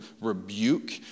rebuke